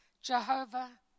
Jehovah